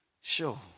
sure